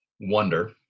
wonder